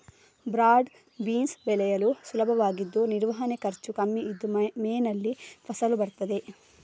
broad beans ಬೆಳೆಯಲು ಸುಲಭವಾಗಿದ್ದು ನಿರ್ವಹಣೆ ಖರ್ಚು ಕಮ್ಮಿ ಇದ್ದು ಮೇನಲ್ಲಿ ಫಸಲು ಬರ್ತದೆ